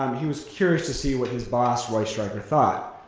um he was curious to see what his boss, roy stryker thought.